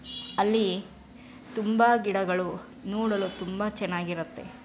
ಅಲ್ಲಿ ತುಂಬ ಗಿಡಗಳು ನೋಡಲು ತುಂಬ ಚೆನ್ನಾಗಿರುತ್ತೆ